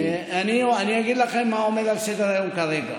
אני אגיד לכם מה עומד על סדר-היום כרגע.